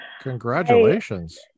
Congratulations